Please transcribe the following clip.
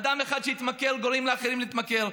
אדם אחד שהתמכר גורם לאחרים להתמכר.